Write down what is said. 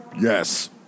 Yes